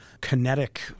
kinetic